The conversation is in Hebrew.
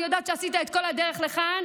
אני יודעת שעשית את כל הדרך לכאן,